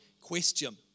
question